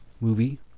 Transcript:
movie